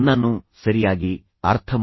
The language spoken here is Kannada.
ನೀವು ಜನರನ್ನು ಸರಿಯಾಗಿ ಅರ್ಥಮಾಡಿಕೊಂಡಿದ್ದೀರಾ